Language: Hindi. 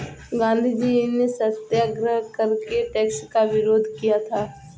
गांधीजी ने सत्याग्रह करके टैक्स का विरोध किया था